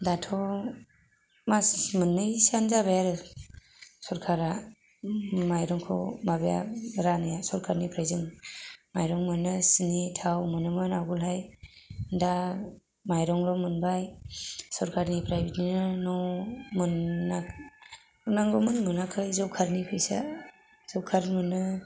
दाथ' मास मोननैसोआनो जाबाय आरो सरकारा माइरंखौ माबाया रानैआ सरकारनिफ्राय जों माइरं मोनो सिनि थाव मोनोमोन आवगोलहाय दा माइरंल' मोनबाय सरकारनिफ्राय बिदिनो न' मोननांगौमोन मोनाखै जब कार्दनि फैसा जब कार्द मोनो